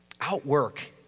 Outwork